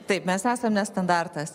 taip mes esam ne standartas